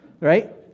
right